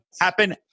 ...happen